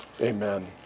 amen